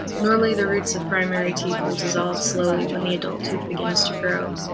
normally the roots of primary teeth will dissolve slowly when the adult tooth begins to grow,